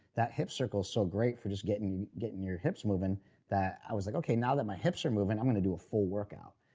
that hip circle is so great for just getting getting your hips moving that i was like okay, now that my hips are moving i'm going to do a full workout.